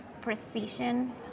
precision